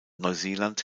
neuseeland